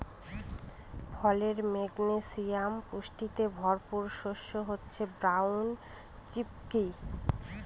ফলে, ম্যাগনেসিয়াম পুষ্টিতে ভরপুর শস্য হচ্ছে ব্রাউন চিকপি